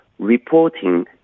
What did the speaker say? reporting